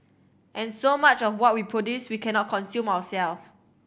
and so much of what we produce we cannot consume ourselves